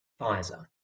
Pfizer